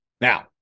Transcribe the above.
now